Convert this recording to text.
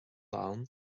ann